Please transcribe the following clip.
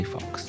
Fox